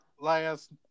last